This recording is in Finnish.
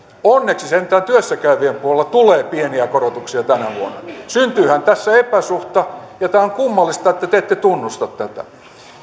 onneksi sentään työssä käyvien puolella tulee pieniä korotuksia tänä vuonna syntyyhän tässä epäsuhta ja tämä on kummallista että te ette tunnusta tätä